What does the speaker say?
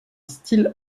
style